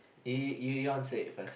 Eevon say first